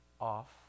off